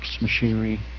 machinery